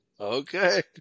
Okay